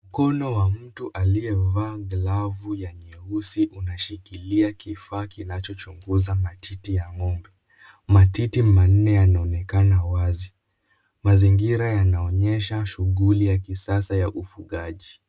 Mkono wa mtu aliyevaa glavu ya nyeusi unashikilia kifaa kinachochunguza matiti ya ng'ombe. Matiti manne yanaonekana wazi. Mazingira yanaonyesha shughuli ya kisasa ya ufugaji.